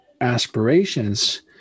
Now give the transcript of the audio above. aspirations